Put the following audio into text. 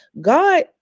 God